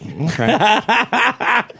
Okay